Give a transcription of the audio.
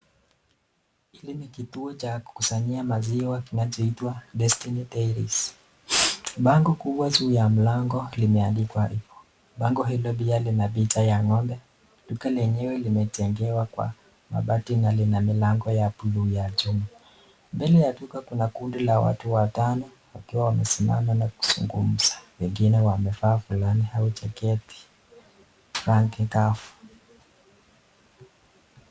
Hii ni kituo cha kukusanyia maziwa inayoitwa ( Destiny Dairies). Bango kubwa juu ya mlango imeandikwa. Bango hili pia Lina picha ya ng'ombe . Duka lenyewe limejegwa kwa bati na Lina mlango Wa chuma. Mbele ya duka Kuna kundi la watu watano wakiwa wamesimama na akizungumza . Wengine wamevaa vulana au jeketi yenye rangi kavu.